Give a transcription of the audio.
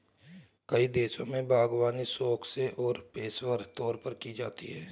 कई देशों में बागवानी शौक से और पेशेवर तौर पर भी की जाती है